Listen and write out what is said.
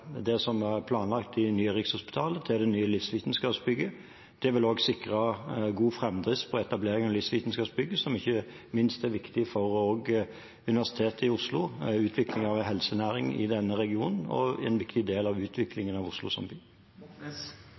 det som er planlagt ved det nye Rikshospitalet, til det nye livsvitenskapsbygget. Det vil også sikre god framdrift for etablering av livsvitenskapsbygget, som ikke minst er viktig for Universitetet i Oslo, utvikling av helsenæringen i denne regionen og utviklingen av Oslo som